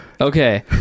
Okay